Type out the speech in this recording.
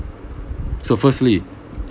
so firstly